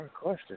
question